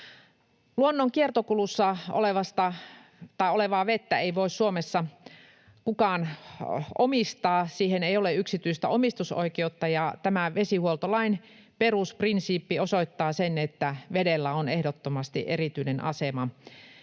Luonnon kiertokulussa olevaa vettä ei voi Suomessa kukaan omistaa. Siihen ei ole yksityistä omistusoikeutta, ja tämä vesihuoltolain perusprinsiippi osoittaa sen, että vedellä on ehdottomasti erityinen asema